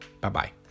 Bye-bye